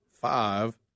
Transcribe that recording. five